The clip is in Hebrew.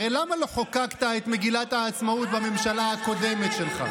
הרי למה לא חוקקת את מגילת העצמאות בממשלה הקודמת שלך?